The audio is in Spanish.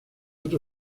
otro